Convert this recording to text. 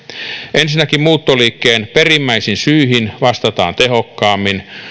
ensinnäkin muuttoliikkeen perimmäisiin syihin vastataan tehokkaammin